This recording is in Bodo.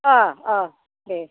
अह अह दे